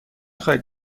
خواهید